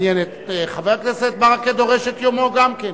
חבר הכנסת ברכה דורש את יומו גם כן.